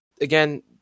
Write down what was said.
Again